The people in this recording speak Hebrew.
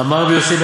"אמר לי,